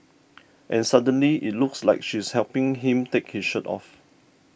and suddenly it looks like she's helping him take his shirt off